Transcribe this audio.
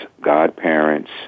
godparents